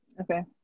Okay